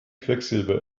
quecksilber